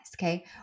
okay